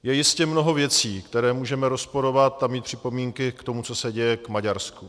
Je jistě mnoho věcí, které můžeme rozporovat, a mít připomínky k tomu, co se děje, k Maďarsku.